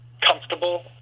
comfortable